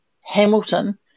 Hamilton